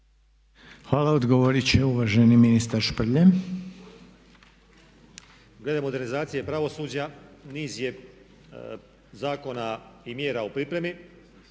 Hvala. Odgovorit će uvaženi ministar Šprlje. **Šprlje, Ante** Glede modernizacije pravosuđa niz je zakona i mjera u pripremi.